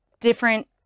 different